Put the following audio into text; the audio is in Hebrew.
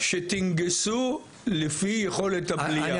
רק שתנגסו לפי יכולת הבליעה.